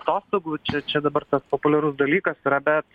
atostogų čia čia dabar tas populiarus dalykas yra bet